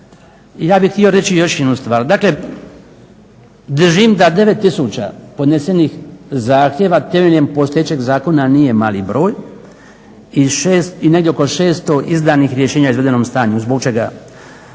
ja bi htio reći još jednu stvar. Dakle, držim da 9 tisuća podnesenih zahtjeva temeljem postojećeg zakona, nije mali broj. I negdje oko 600 izdanih rješenja o izvedenom stanju, zbog čega.